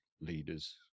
leaders